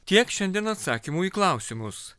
tiek šiandien atsakymų į klausimus